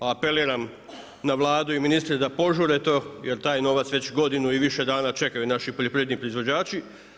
Pa apeliram na Vladu i ministre da požure to, jer taj novac već godinu i više dana čekaju naši poljoprivredni proizvođači.